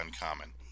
uncommon